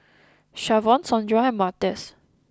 Shavon Sondra and Martez